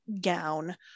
gown